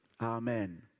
Amen